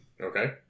Okay